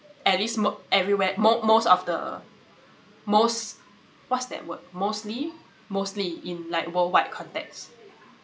at least mo~ everywhere mo~ most of the most what's that word mostly mostly in like worldwide context